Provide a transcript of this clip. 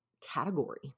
category